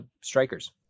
Strikers